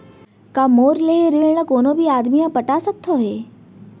का मोर लेहे ऋण ला कोनो भी आदमी ह पटा सकथव हे?